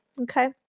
Okay